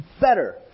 better